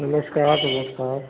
नमस्कार नमस्कार